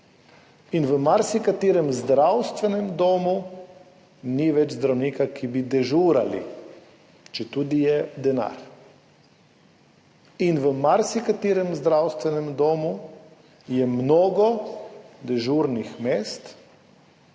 V marsikaterem zdravstvenem domu ni več zdravnika, ki bi dežural, četudi je denar. V marsikaterem zdravstvenem domu je mnogo dežurnih mest,